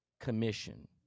commission